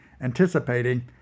Anticipating